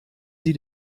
sie